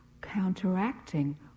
counteracting